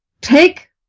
Take